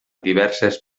diverses